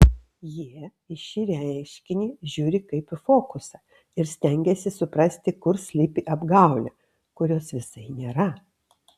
jie į šį reiškinį žiūri kaip į fokusą ir stengiasi suprasti kur slypi apgaulė kurios visai nėra